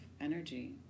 energy